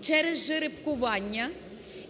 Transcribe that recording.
через жеребкування.